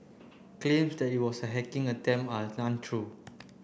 claims that it was a hacking attempt are untrue